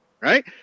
right